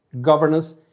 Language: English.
governance